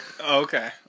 okay